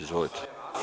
Izvolite.